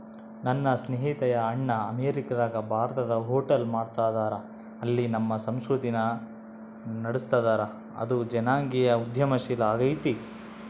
ನನ್ನ ಸ್ನೇಹಿತೆಯ ಅಣ್ಣ ಅಮೇರಿಕಾದಗ ಭಾರತದ ಹೋಟೆಲ್ ಮಾಡ್ತದರ, ಅಲ್ಲಿ ನಮ್ಮ ಸಂಸ್ಕೃತಿನ ನಡುಸ್ತದರ, ಇದು ಜನಾಂಗೀಯ ಉದ್ಯಮಶೀಲ ಆಗೆತೆ